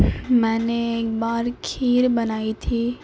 میں نے ایک بار کھیر بنائی تھی